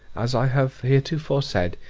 as i have heretofore said,